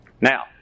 Now